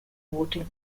voting